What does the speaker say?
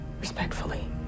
Respectfully